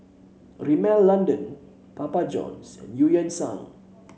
Rimmel London Papa Johns and Eu Yan Sang